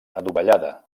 adovellada